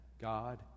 God